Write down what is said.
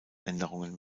änderungen